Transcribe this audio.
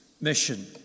mission